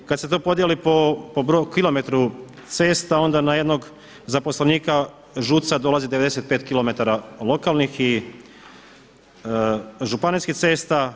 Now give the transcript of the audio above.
Kada se to podijeli po kilometru cesta onda na jednog zaposlenika ŽUC-a dolazi 95km lokalnih i županijskih cesta.